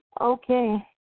Okay